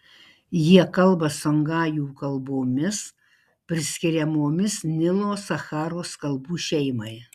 jie kalba songajų kalbomis priskiriamomis nilo sacharos kalbų šeimai